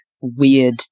weird